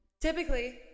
typically